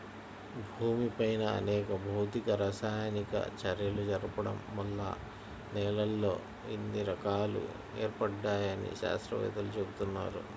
భూమిపైన అనేక భౌతిక, రసాయనిక చర్యలు జరగడం వల్ల నేలల్లో ఇన్ని రకాలు ఏర్పడ్డాయని శాత్రవేత్తలు చెబుతున్నారు